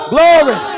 Glory